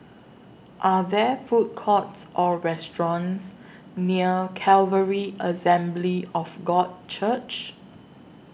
Are There Food Courts Or restaurants near Calvary Assembly of God Church